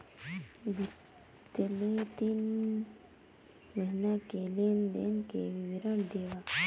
बितले तीन महीना के लेन देन के विवरण देवा?